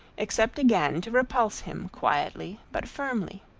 except again to repulse him quietly but firmly.